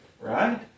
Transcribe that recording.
Right